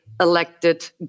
elected